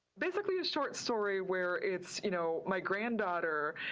basically a short story where it's you know my granddaughter,